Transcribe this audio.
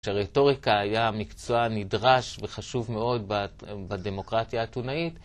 כשהרטוריקה היה מקצוע נדרש וחשוב מאוד בדמוקרטיה האתונאית